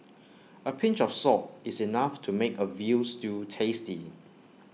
A pinch of salt is enough to make A Veal Stew tasty